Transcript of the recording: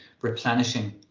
replenishing